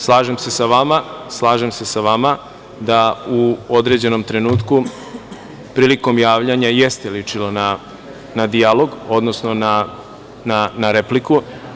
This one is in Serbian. Slažem se sa vama da u određenom trenutku prilikom javljanja jeste ličilo na dijalog, odnosno na repliku.